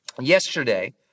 Yesterday